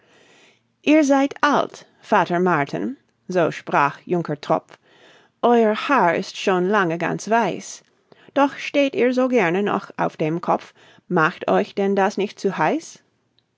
ihr seid alt vater martin so sprach junker tropf euer haar ist schon lange ganz weiß doch steht ihr so gerne noch auf dem kopf macht euch denn das nicht zu heiß